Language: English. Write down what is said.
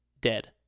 dead